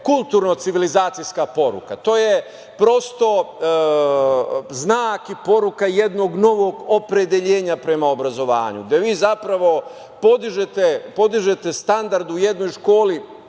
kulturno-civilizacijska poruka, to je prosto znak i poruka jednog novog opredeljenja prema obrazovanju, gde vi zapravo podižete standard u jednoj školi. Da,